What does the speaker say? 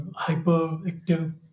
hyperactive